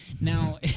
Now